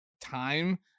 time